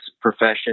profession